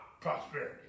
prosperity